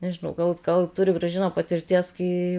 nežinau gal gal turi gražina patirties kai